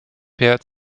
bert